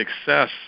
success